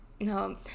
no